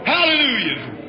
Hallelujah